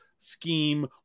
scheme